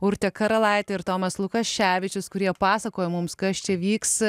urtė karalaitė ir tomas lukaševičius kurie pasakoja mums kas čia vyks